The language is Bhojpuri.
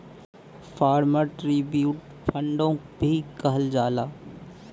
फार्मर ट्रिब्यूट फ़ंडो भी कहल जाला